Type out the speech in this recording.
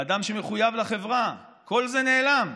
האדם שמחויב לחברה, כל זה נעלם.